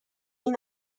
این